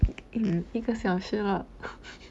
mm 一个小时了